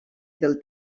del